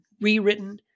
rewritten